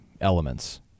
elements